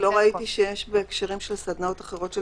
לא ראיתי שיש בהקשרים של סדנאות אחרות של